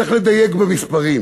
צריך לדייק במספרים.